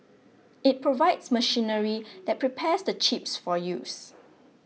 it provides machinery that prepares the chips for use